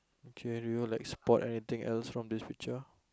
okay do you like spot anything else from this picture